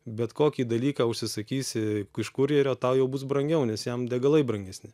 bet kokį dalyką užsisakysi iš kurjerio tau jau bus brangiau nes jam degalai brangesni